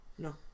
No